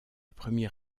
premier